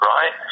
Right